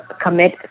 commit